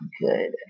good